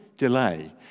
delay